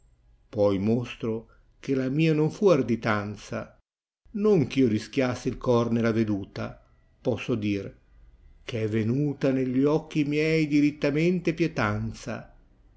poi mostro che la mia non fu arditanzas non eh io rischiassi il cor nella veduta posso dir eh è venuta negli occhi miei drittamente pietanza